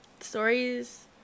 Stories